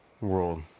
world